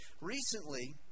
Recently